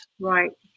Right